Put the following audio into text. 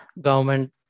government